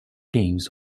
games